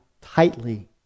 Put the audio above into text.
tightly